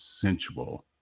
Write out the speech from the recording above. sensual